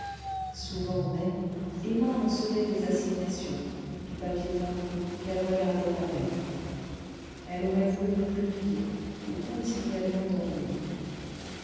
souvent même emma recevait des assignations du papier timbré qu'elle regardait à peine elle aurait voulu ne plus vivre ou continuellement dormir